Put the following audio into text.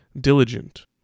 Diligent